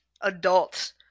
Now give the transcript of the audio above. adults